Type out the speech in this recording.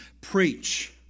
preach